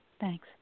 Thanks